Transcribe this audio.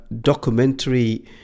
documentary